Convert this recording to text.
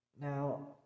Now